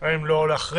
האם לא להחריג.